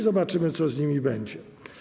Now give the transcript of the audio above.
Zobaczymy, co z nimi będzie.